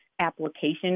application